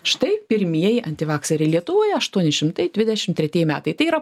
štai pirmieji antivakseriai lietuvoje aštuoni šimtai dvidešim tretieji metai tai yra